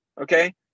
Okay